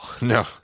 no